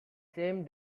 same